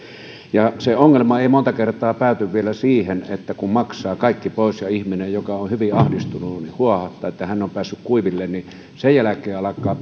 se ongelma ei monta kertaa pääty vielä siihen kun maksaa kaikki pois ja ihminen joka on hyvin ahdistunut huoahtaa että hän on päässyt kuiville vaan sen jälkeen alkaa